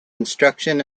instruction